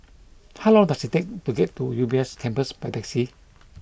how long does it take to get to U B S Campus by taxi